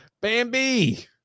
Bambi